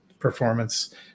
Performance